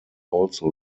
also